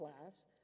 class